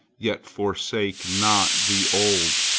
yet forsakes not the old,